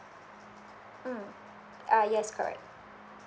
mm ah yes correct